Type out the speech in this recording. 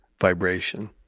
vibration